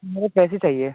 मुझे पैसे चाहिए